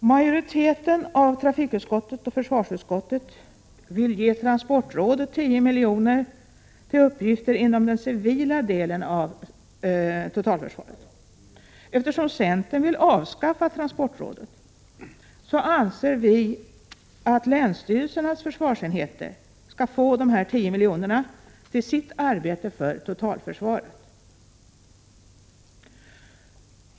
Majoriteten av trafikutskottet och försvarsutskottet vill ge transportrådet 10 milj.kr. till uppgifter inom den civila delen av totalförsvaret. Eftersom centern vill avskaffa transportrådet anser vi att länsstyrelsernas försvarsenheter skall få dessa 10 milj.kr. till sitt arbete för totalförsvaret.